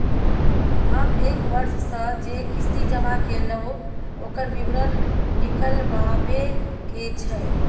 हम एक वर्ष स जे किस्ती जमा कैलौ, ओकर विवरण निकलवाबे के छै?